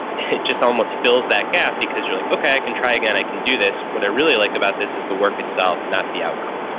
it just almost fills that gap because you're like, okay, i can try again. i can do this. what i really like about this is the work itself, not the outcome.